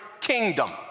kingdom